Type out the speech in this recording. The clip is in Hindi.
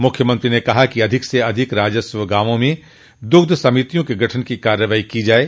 मुख्यमंत्री ने कहा कि अधिक से अधिक राजस्व ग्रामों में दुग्ध समितियों के गठन की कार्रवाई की जाये